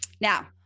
Now